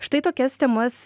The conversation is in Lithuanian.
štai tokias temas